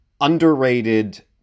underrated